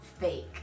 fake